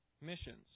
missions